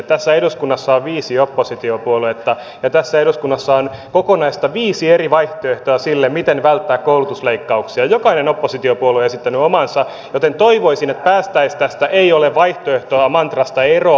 tässä eduskunnassa on viisi oppositiopuoluetta ja tässä eduskunnassa on kokonaiset viisi eri vaihtoehtoa siitä miten välttää koulutusleikkauksia jokainen oppositiopuolue on esittänyt omansa joten toivoisin että päästäisiin tästä ei ole vaihtoehtoa mantrasta eroon